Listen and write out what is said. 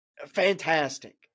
fantastic